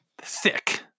thick